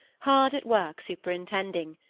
hard at work superintending.